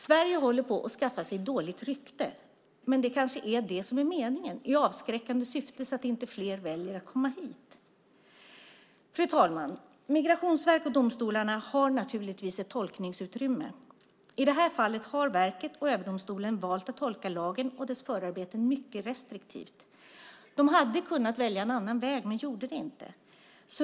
Sverige håller på att skaffa sig dåligt rykte, men det kanske är det som är meningen - i avskräckande syfte, så att inte fler väljer att komma hit. Fru talman! Migrationsverk och domstolar har naturligtvis ett tolkningsutrymme. I det här fallet har verket och överdomstolen valt att tolka lagen och dess förarbeten mycket restriktivt. De hade kunnat välja en annan väg men gjorde det inte.